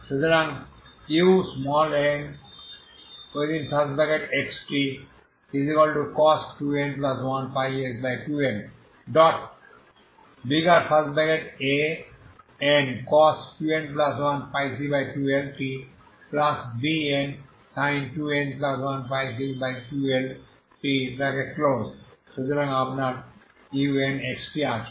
সুতরাং unxtcos 2n1πx2L Ancos 2n1πc2L tBnsin 2n1πc2L t সুতরাং আপনার unxt আছে